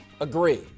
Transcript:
agree